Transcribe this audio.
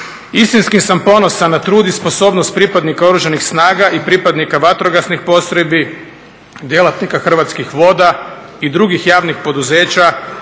Istinski sam ponosan na trud i sposobnost pripadnika Oružanih snaga i pripadnika vatrogasnih postrojbi, djelatnika Hrvatskih voda i drugih javnih poduzeća,